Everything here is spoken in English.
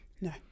No